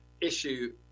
issue